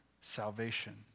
salvation